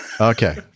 Okay